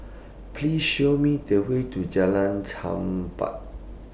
Please Show Me The Way to Jalan Chempah